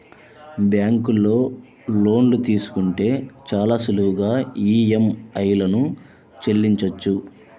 బ్యేంకులో లోన్లు తీసుకుంటే చాలా సులువుగా ఈఎంఐలను చెల్లించొచ్చు